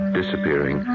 disappearing